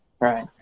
Right